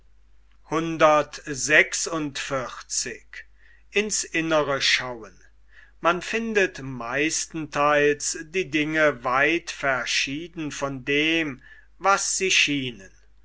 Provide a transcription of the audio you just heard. man findet meistentheils die dinge weit verschieden von dem was sie schienen